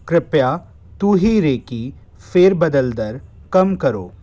कृपया तू ही रे की फेर बदल दर कम करो